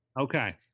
Okay